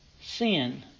sin